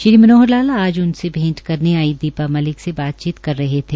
श्री मनोहर लाल आज उनसे भेंट करने आई सुश्री दीपा मलिक से बातचीत कर रहे थे